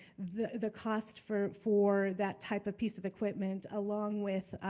the the cost for for that type of piece of equipment along with